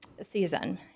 season